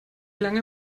lange